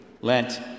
Lent